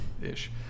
ish